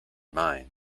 mind